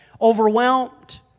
overwhelmed